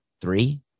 Three